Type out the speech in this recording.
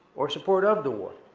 or support of the war.